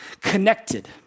connected